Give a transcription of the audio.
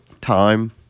time